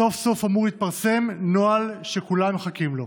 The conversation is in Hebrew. סוף-סוף אמור להתפרסם נוהל שכולם מחכים לו.